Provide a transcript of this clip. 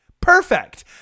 Perfect